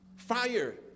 Fire